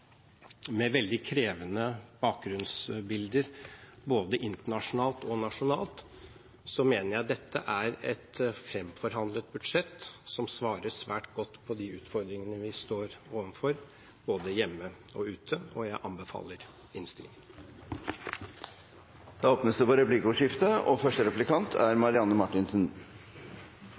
med veldig krevende bakgrunnsbilder både internasjonalt og nasjonalt, mener jeg dette er et fremforhandlet budsjett som svarer svært godt på de utfordringene vi står overfor, både hjemme og ute. Jeg anbefaler innstillingen. Det blir replikkordskifte.